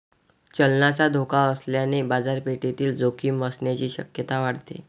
चलनाचा धोका असल्याने बाजारपेठेतील जोखीम असण्याची शक्यता वाढते